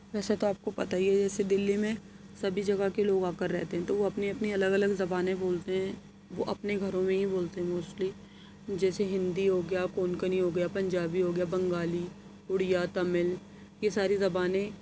ویسے تو آپ کو پتا ہی ہے ایسے دِلی میں سبھی جگہ کے لوگ آ کر رہتے ہیں تو وہ اپنی اپنی الگ الگ زبانیں بولتے ہیں وہ اپنے گھروں میں ہی بولتے ہیں موسٹلی جیسے ہندی ہو گیا کونکنی ہو گیا پنجابی ہو گیا بنگالی اُڑیہ تامل یہ ساری زبانیں